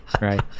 Right